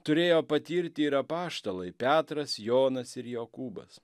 turėjo patirti ir apaštalai petras jonas ir jokūbas